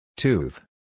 Tooth